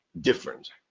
different